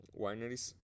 wineries